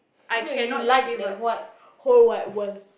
no you like the what whole wide world